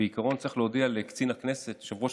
בקשתם לערעור מסורבת בשל הזמן שעבר,